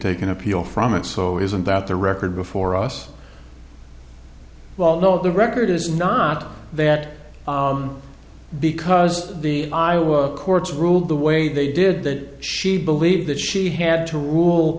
take an appeal from it so it isn't about the record before us well no the record is not that because the iowa courts ruled the way they did that she believed that she had to